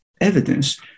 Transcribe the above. evidence